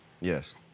Yes